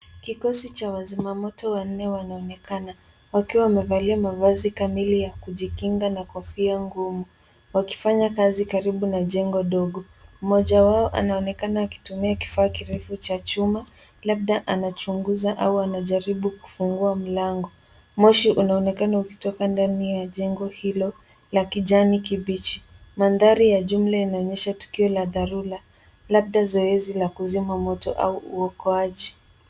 Kikosi cha wazima moto wanne wanaonekana wakiwa wamevalia mavazi kamili ya kujikinga na kofia ngumu wakifanya kazi karibu na jengo dogo. Mmoja wao anaonekana akitumia kifaa kirefu cha chuma labda anachunguza au anajaribu kufungua mlango. Moshi unaonekana ukitoka ndani ya jengo hilo la kijani kibichi. Mandhari ya jumla inaonyesha tukio la dharura labda zoezi la kuzima moto au uokoaji.